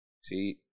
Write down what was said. See